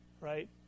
right